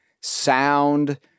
Sound